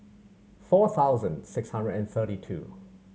four thousand six hundred and thirty two